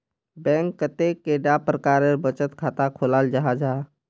Bank कतेक कैडा प्रकारेर बचत खाता खोलाल जाहा जाहा?